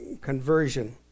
conversion